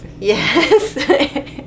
Yes